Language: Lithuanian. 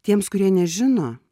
tiems kurie nežino